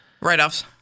Write-offs